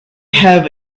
have